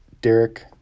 Derek